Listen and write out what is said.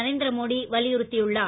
நரேந்திர மோடி வலியுறுத்தியுள்ளார்